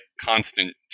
constant